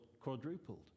quadrupled